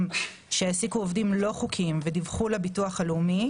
שהעסיקו עובדים לא חוקיים ודיווחו לביטוח הלאומי,